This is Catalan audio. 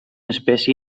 espècie